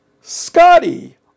scotty